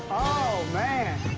oh, man.